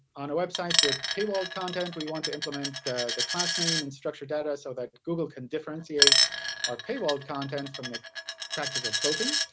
on a website with paywalled content, we want to implement the the class name and structured data so that google can differentiate our paywall content from the practice of cloaking.